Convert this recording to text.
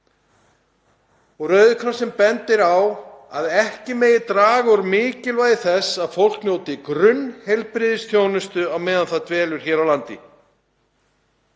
Rauði krossinn bendir á að ekki megi draga úr mikilvægi þess að fólk njóti grunnheilbrigðisþjónustu á meðan það dvelur hér á landi.